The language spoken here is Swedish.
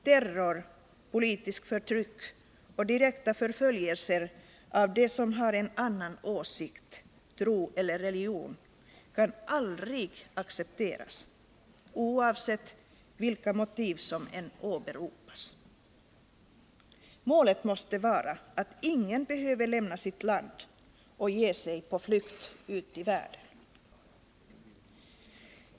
Terror, politiskt förtryck och direkta förföljelser av dem som har en annan åsikt, tro eller religion kan aldrig accepteras, oavsett vilka motiv som åberopas. Målet måste vara att ingen behöver lämna sitt land och ge sig på flykt ut i världen.